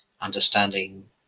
understanding